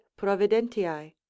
providentiae